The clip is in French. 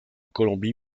colombie